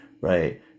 right